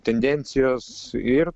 tendencijos ir